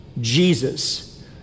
Jesus